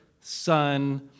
Son